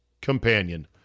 companion